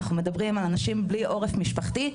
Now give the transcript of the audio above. מדברים על אנשים בלי עורף משפחתי,